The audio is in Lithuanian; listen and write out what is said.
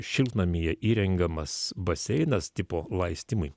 šiltnamyje įrengiamas baseinas tipo laistymui